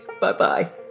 Bye-bye